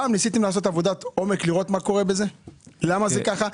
ניסיתם לעשות פעם עבודת עומק, לראות למה זה ככה?